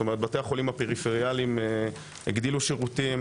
בתי החולים הפריפריאליים הגדילו שירותים,